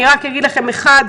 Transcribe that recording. אני רק אגיד לכם: אחד,